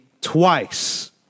twice